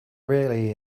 really